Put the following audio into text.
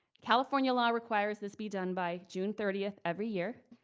california law requires this be done by june thirtieth every year.